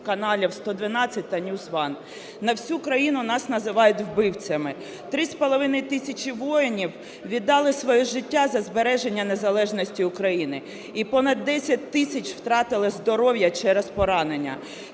каналів "112" та NewsOne на всю країна нас називають вбивцями. Три з половиною тисячі воїнів віддали своє життя за збереження незалежності України і понад 10 тисяч втратили здоров'я через поранення.